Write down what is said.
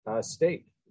state